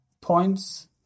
points